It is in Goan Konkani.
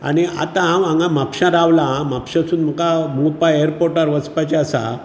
आनी आतां हांव हांगा म्हापशां रावलां म्हापशेसून मुखार मोपा एर्पोर्टार वचपाचें आसा